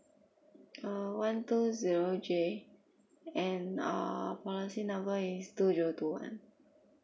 uh one two zero J and uh policy number is two zero two one